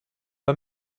war